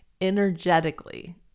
Energetically